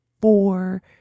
four